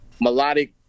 melodic